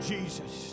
Jesus